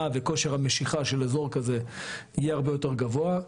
וכושר המשיכה של אזור כזה יהיה הרבה יותר גבוה,